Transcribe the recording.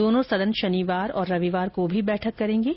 दोनों सदन शनिवार और रविवार को भी बैठक करेंगे